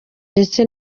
ndetse